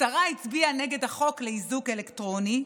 השרה הצביעה נגד החוק לאיזוק אלקטרוני,